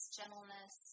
gentleness